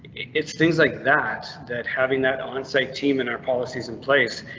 it's things like that that having that on site team in our policies in place.